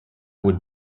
would